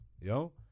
yo